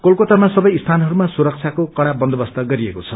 कोलकतामा सवै स्थानहरूमा सुरक्षाको कड़ा बन्दोबस्त गरिएको छ